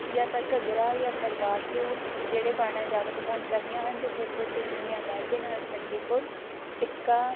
ਜਾਂ ਤਾਂ ਘੱਗਰਾ ਜਾਂ ਸਲਵਾਰ ਸੂਟ ਜਿਹੜੇ ਪਾਉਣਾ ਜ਼ਿਆਦਾ ਪਸੰਦ ਕਰਦੀਆਂ ਹਨ ਅਤੇ ਸਿਰ ਦੇ ਉੱਤੇ ਚੁੰਨੀਆਂ ਲੈ ਕੇ ਨਾਲ਼ ਸੱਗੀ ਫੁੱਲ ਟਿੱਕਾ